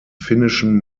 finnischen